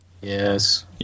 Yes